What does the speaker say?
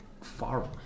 far